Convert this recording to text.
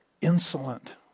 insolent